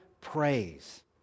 praise